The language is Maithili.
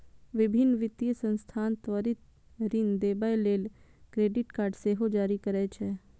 विभिन्न वित्तीय संस्थान त्वरित ऋण देबय लेल क्रेडिट कार्ड सेहो जारी करै छै